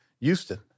Houston